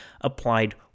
applied